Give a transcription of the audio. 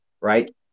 right